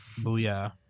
Booyah